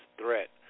threat